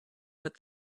what